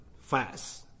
fast